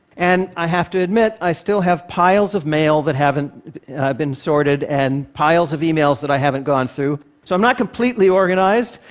and i have to admit, i still have piles of mail that haven't been sorted, and piles of emails that i haven't gone through. so i'm not completely organized,